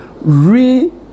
re